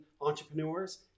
entrepreneurs